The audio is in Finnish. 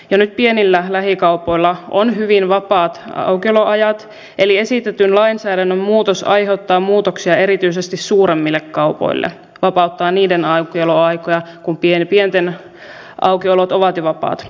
jo nyt pienillä lähikaupoilla on hyvin vapaat aukioloajat eli esitetyn lainsäädännön muutos aiheuttaa muutoksia erityisesti suuremmille kaupoille vapauttaa niiden aukioloaikoja kun pienten aukiolot ovat jo vapaat